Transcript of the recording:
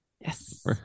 yes